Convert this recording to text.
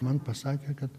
man pasakė kad